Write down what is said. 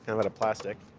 and but of plastic.